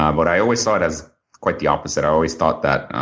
um but i always saw it as quite the opposite. i always thought that